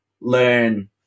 learn